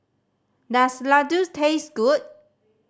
does Ladoos taste good